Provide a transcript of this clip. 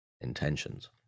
intentions